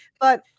But-